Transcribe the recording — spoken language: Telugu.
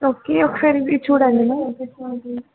ఓకే ఒకసారి ఇది చూడండి మ్యామ్